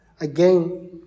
Again